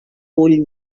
ull